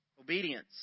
obedience